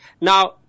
Now